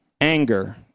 Anger